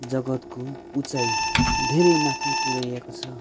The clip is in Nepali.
जगत्को उचाई धेरै माथि पुऱ्याएको छ